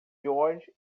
george